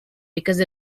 because